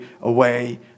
away